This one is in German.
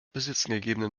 besitzen